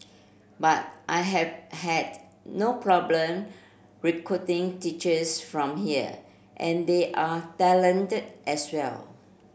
but I have had no problem recruiting teachers from here and they are talented as well